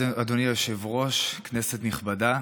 אדוני היושב-ראש, כנסת נכבדה,